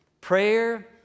Prayer